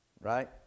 Right